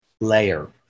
layer